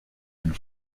ein